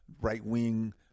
right-wing